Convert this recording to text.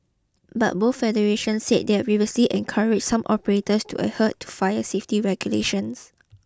but both federation said they had previously encouraged some operators to adhere to fire safety regulations